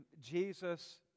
Jesus